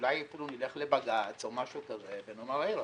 שאולי אפילו נלך לבג"צ או משהו כזה ונאמר, רבותיי,